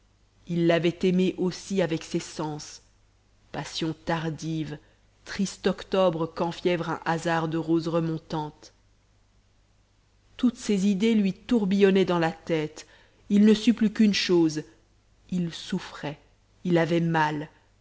il l'avait aimée aussi avec ses sens passion tardive triste octobre qu'enfièvre un hasard de roses remontantes toutes ses idées lui tourbillonnaient dans la tête il ne sut plus qu'une chose il souffrait il avait mal